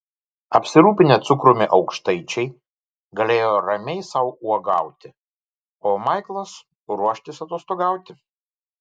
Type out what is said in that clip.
apsirūpinę cukrumi aukštaičiai galėjo ramiai sau uogauti o maiklas ruoštis atostogauti